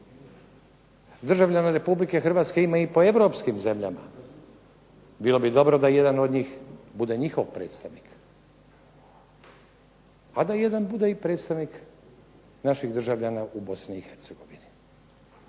Državljana Republike Hrvatske ima i po europskim zemljama, bilo bi dobro da jedan od njih bude njihov predstavnik, pa da jedan bude i predstavnik naših državljana u Bosni i Hercegovini.